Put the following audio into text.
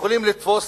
שיכולים לתפוס